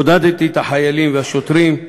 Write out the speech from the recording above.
עודדתי את החיילים והשוטרים.